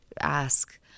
ask